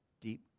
deep